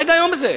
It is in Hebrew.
מה ההיגיון בזה?